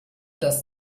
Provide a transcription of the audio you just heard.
dass